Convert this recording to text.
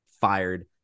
fired